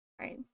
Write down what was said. Right